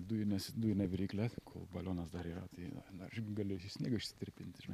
dujunės dujinė viryklė kol balionas dar yra tai na aš galėsiu sniegą ištirpinti žinai